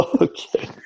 Okay